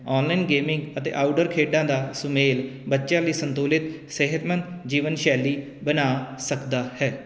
online gaming ਅਤੇ outdoor ਖੇਡਾਂ ਦਾ ਸੁਮੇਲ ਬੱਚਿਆਂ ਲਈ ਸੰਤੁਲਿਤ ਸਿਹਤਮੰਦ ਜੀਵਨ ਸ਼ੈਲੀ ਬਣਾ ਸਕਦਾ ਹੈ